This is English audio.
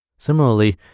Similarly